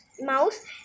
mouse